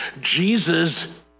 Jesus